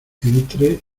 entre